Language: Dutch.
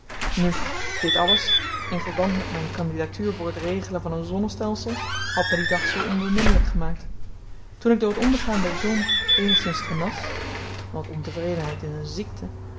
nu dit alles in verband met myn kandidatuur voor t regelen van een zonnestelsel had me dien dag zoo onbeminnelyk gemaakt toen ik door t ondergaan der zon eenigszins genas want ontevredenheid is een ziekte bracht